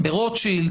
ברוטשילד,